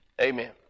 amen